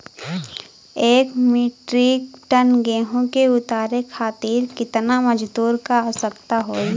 एक metric ton गेहूँ के उतारे खातीर कितना मजदूर क आवश्यकता होई?